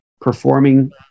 performing